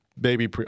Baby